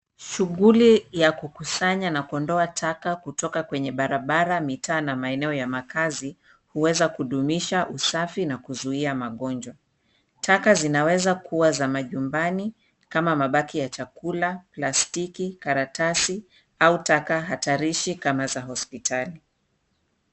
Shughuli ya kukusanya na kuondoa taka kutoka kwenye barabara, mitaa na maeneo ya makaazi huweza kudumisha usafi na kuzuia magonjwa. Taka zinaweza kuwa za manyumbani kama mabaki ya chakula, plastiki, karatasi au taka hatarishi kama za hospitali.